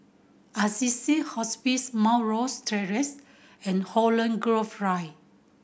Assisi Hospice Mount Rosie Terrace and Holland Grove